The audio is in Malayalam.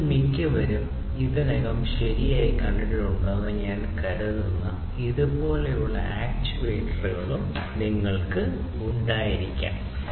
നിങ്ങളിൽ മിക്കവരും ഇതിനകം ശരിയായി കണ്ടിട്ടുണ്ടെന്ന് ഞാൻ കരുതുന്ന ഇതുപോലുള്ള ആക്റ്റിവേറ്ററുകളും നിങ്ങൾക്ക് ഉണ്ടായിരിക്കാം